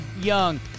Young